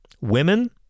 Women